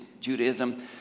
Judaism